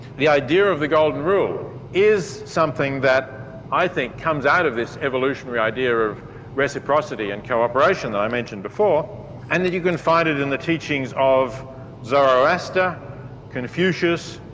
the idea of the golden rule is something that i think comes out of this evolutionary idea of reciprocity and co-operation that i mentioned before, and that you can find it in the teachings of zoroaster, confucius,